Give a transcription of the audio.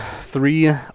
three